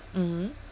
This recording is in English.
mmhmm